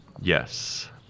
Yes